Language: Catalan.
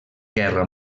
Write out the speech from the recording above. guerra